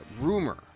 rumor